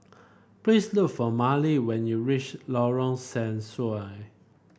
please look for Mali when you reach Lorong Sensuai